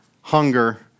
hunger